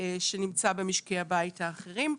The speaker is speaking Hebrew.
שנמצא במשקי הבית האחרים,